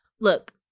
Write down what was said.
look